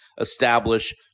establish